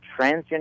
transgender